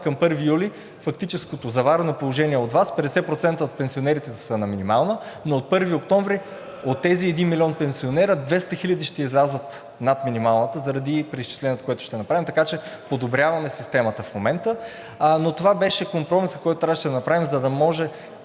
към 1 юли запазваме фактическото заварено положение от Вас – 50% от пенсионерите са на минимална, но към 1 октомври от тези 1 милион пенсионери 200 хиляди ще излязат над минималната, заради преизчислението, което сме направили. Така че подобряваме системата в момента. Но това беше компромисът, който трябваше да направим, за да може